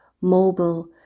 mobile